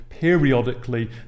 periodically